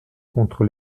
contre